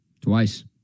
Twice